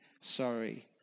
Sorry